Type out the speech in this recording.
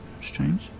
Strange